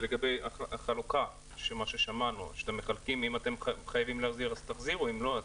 ולגבי החלוקה של מה ששמענו אם אתם חייבים להחזיר אז תחזירו ואם לא,